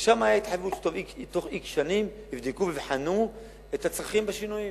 ושם היתה התחייבות שתוך x שנים יבדקו ויבחנו את הצרכים והשינויים.